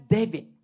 David